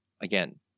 Again